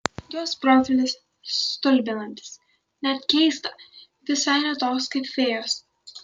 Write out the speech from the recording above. jos profilis stulbinantis net keista visai ne toks kaip fėjos